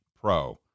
pro